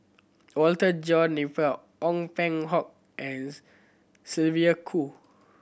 Walter John Napier Ong Peng Hock and Sylvia Kho